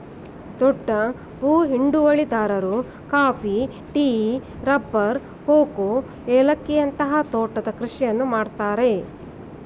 ದೊಡ್ಡ ಭೂ ಹಿಡುವಳಿದಾರರು ಕಾಫಿ, ಟೀ, ರಬ್ಬರ್, ಕೋಕೋ, ಏಲಕ್ಕಿಯಂತ ತೋಟದ ಕೃಷಿಯನ್ನು ಮಾಡ್ತರೆ